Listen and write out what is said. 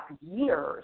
years